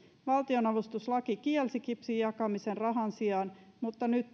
valtionavustuslaki kielsi kipsin jakamisen rahan sijaan mutta nyt